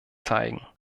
zeigen